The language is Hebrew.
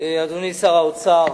אדוני שר האוצר,